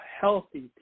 healthy